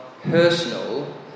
personal